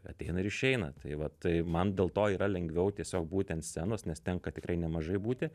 ateina ir išeina tai vat tai man dėl to yra lengviau tiesiog būti ant scenos nes tenka tikrai nemažai būti